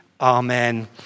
amen